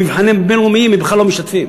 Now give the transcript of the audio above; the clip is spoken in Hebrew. במבחנים הבין-לאומיים הם בכלל לא משתתפים.